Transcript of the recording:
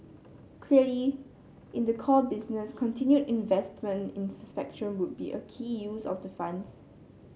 clearly in the core business continued investment in spectrum would be a key use of the funds